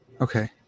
Okay